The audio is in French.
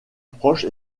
proche